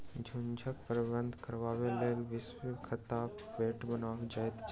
झुंडक प्रबंधन करबाक लेल एक विशेष खाकाक बाट बनाओल जाइत छै